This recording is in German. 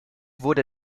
wurde